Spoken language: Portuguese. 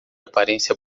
aparência